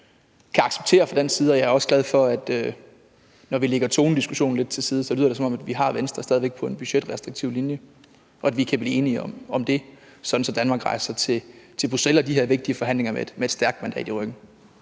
kan acceptere fra dansk side, og jeg er også glad for, at når vi lægger tonediskussionen lidt til side, lyder det, som om vi stadig væk har Venstre på en budgetrestriktiv linje, og at vi kan blive enige om det, sådan at ministeren rejser til Bruxelles og de her vigtige forhandlinger med et stærkt mandat i ryggen.